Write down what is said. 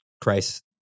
Christ